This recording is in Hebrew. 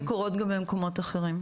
הן קורות גם במקומות אחרים.